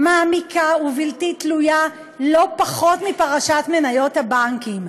מעמיקה ובלתי תלויה לא פחות מפרשת מניות הבנקים.